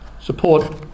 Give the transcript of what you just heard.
support